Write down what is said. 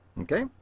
okay